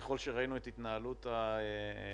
ככל שראינו את התנהלות הממשלה